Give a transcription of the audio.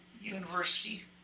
University